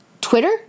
Twitter